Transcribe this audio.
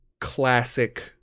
classic